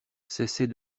cessez